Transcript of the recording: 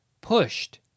pushed